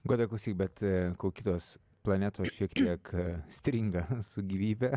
goda klausyk bet kol kitos planetos šiek tiek stringa su gyvybe